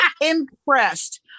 impressed